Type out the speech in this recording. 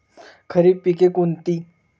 खरीप पिके कोणती?